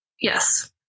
Yes